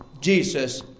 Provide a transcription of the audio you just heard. jesus